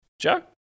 Joe